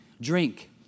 Drink